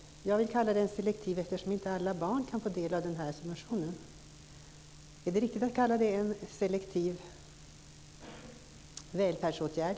Jag menar att den är selektiv eftersom inte alla barn kan få del av den här subventionen. Är det riktigt att tala om en selektiv välfärdsåtgärd?